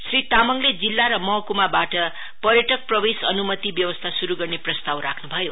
श्री तामाङले जिल्ला र महकुमा बाट पर्यटक प्रवेश उनुमति व्यवस्था शुरु गर्ने प्रस्ताव राख्न भयो